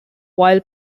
while